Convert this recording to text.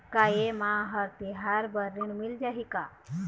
का ये मा हर तिहार बर ऋण मिल जाही का?